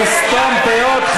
לסתום פיות,